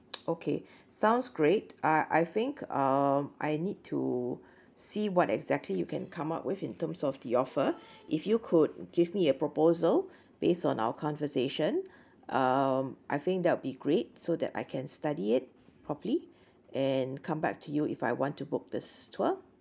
okay sounds great ah I think uh I need to see what exactly you can come up with in terms of the offer if you could give me a proposal based on our conversation um I think that will be great so that I can study it properly and come back to you if I want to book this tour